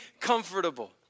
comfortable